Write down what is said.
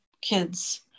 kids